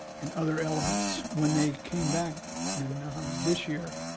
and other elements. when they came back in this year,